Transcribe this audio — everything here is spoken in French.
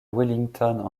wellington